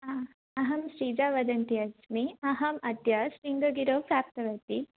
हा अहं श्रीजा वदन्ती अस्मि अहम् अद्य शृङ्गगिरौ प्राप्तवती